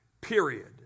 period